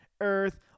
earth